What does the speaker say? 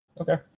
Okay